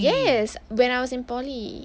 yes when I was in poly